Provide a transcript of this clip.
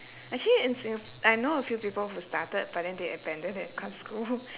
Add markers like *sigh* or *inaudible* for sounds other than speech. actually in singa~ I know a few people who started but then they abandon it cause school *laughs*